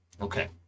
Okay